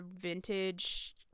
vintage